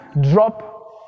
drop